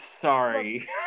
sorry